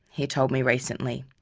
he told me recently.